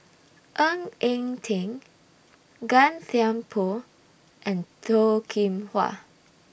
Ng Eng Teng Gan Thiam Poh and Toh Kim Hwa